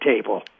table